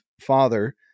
father